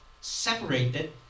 separated